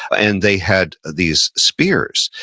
and they had these spears.